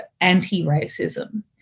anti-racism